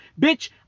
Bitch